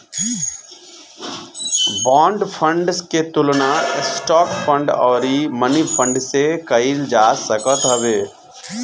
bond fund के तुलना stock fund अउरी मनीफंड से कईल जा सकत हवे